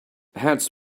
heads